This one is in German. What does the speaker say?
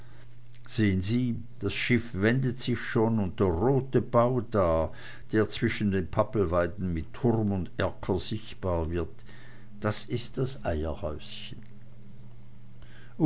sehen sie das schiff wendet sich schon und der rote bau da der zwischen den pappelweiden mit turm und erker sichtbar wird das ist das eierhäuschen